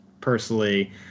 personally